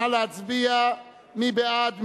נא להצביע, מי בעד?